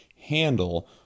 handle